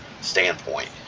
standpoint